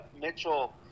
Mitchell